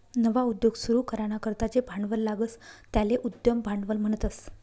नवा उद्योग सुरू कराना करता जे भांडवल लागस त्याले उद्यम भांडवल म्हणतस